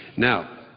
now,